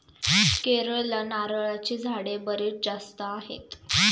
केरळला नारळाची झाडे बरीच जास्त आहेत